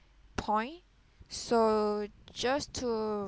point so just to